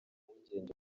impungenge